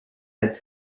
had